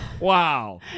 Wow